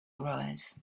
arise